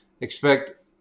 expect